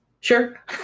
Sure